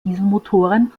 dieselmotoren